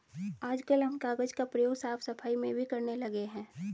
आजकल हम कागज का प्रयोग साफ सफाई में भी करने लगे हैं